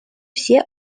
все